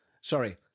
Sorry